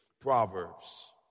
Proverbs